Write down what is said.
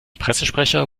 pressesprecher